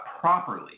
properly